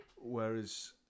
whereas